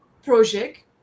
project